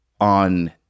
on